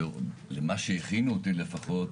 ולמה שהכינו אותי לפחות,